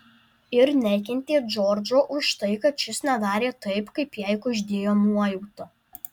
ir nekentė džordžo už tai kad šis nedarė taip kaip jai kuždėjo nuojauta